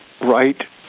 right